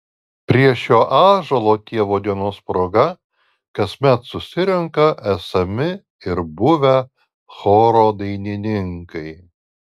prie šio ąžuolo tėvo dienos proga kasmet susirenka esami ir buvę choro dainininkai